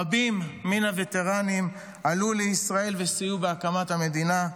רבים מן הווטרנים עלו לישראל וסייעו בהקמת המדינה,